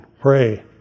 pray